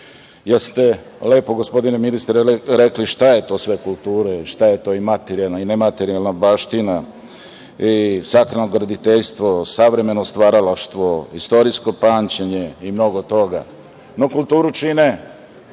ste, gospodine ministre, rekli šta je to sve kultura i šta je to materijalna i nematerijalna baština i sakralno graditeljstvo, savremeno stvaralaštvo, istorijsko pamćenje i mnogo toga. No, kulturu čine